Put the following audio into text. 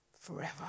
forever